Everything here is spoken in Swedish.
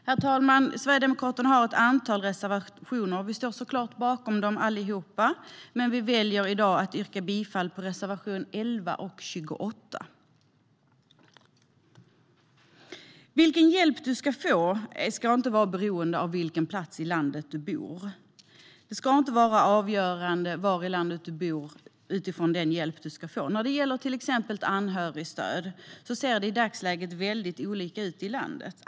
Herr talman! Sverigedemokraterna har ett antal reservationer, och vi står såklart bakom dem allihop. Men vi väljer i dag att yrka bifall till reservationerna 11 och 28. Vilken hjälp du får ska inte vara beroende av på vilken plats i landet du bor. När det gäller till exempel anhörigstöd ser det i dagsläget väldigt olika ut i landet.